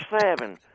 seven